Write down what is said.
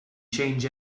change